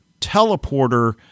teleporter